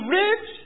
rich